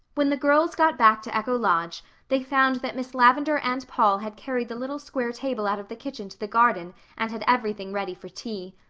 when the girls got back to echo lodge they found that miss lavendar and paul had carried the little square table out of the kitchen to the garden and had everything ready for tea.